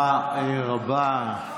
תודה רבה.